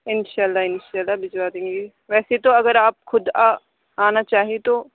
اِنشاء اللہ ان شاء اللہ بھجوا دیں گے ویسے تو اگر آپ خود آ آنا چاہیں تو